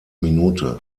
minute